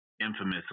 infamous